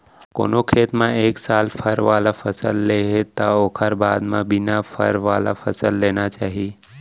कोनो खेत म एक साल फर वाला फसल ले हे त ओखर बाद म बिना फल वाला फसल लेना चाही